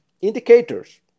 indicators